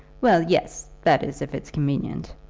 well, yes that is, if it's convenient.